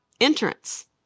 entrance